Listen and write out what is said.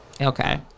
Okay